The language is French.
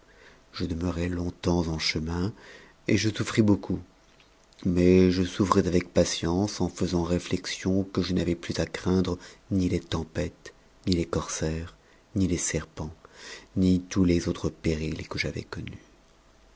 je demeura longtemps en chemin et je souffris beaucoup mais je souffrais avec patience en faisant rénexion que je n'avais plus à craindre ni les tempêtes ni les corsaires ni les serpents ni tous les autres périls que j'avais courus